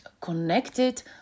connected